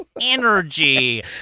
Energy